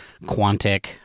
quantic